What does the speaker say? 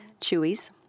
Chewies